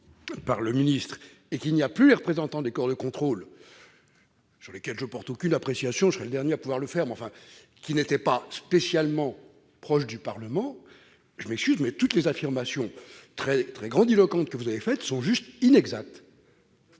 par le ministre et qu'il n'y a plus les représentants des corps de contrôle, sur lesquels je ne porte aucune appréciation- je serais le dernier à pouvoir le faire -mais qui n'étaient pas spécialement proches du Parlement. Vous constaterez que toutes les affirmations grandiloquentes que vous avez faites sont simplement inexactes.